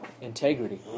integrity